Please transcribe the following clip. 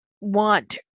want